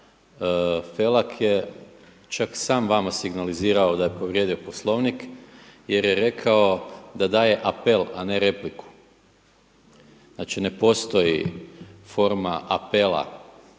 Felak je čak sam vama signalizirao da je povrijedio Poslovnik jer je rekao da daje apel, a ne repliku. Znači ne postoji forma apela